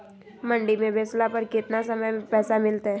मंडी में बेचला पर कितना समय में पैसा मिलतैय?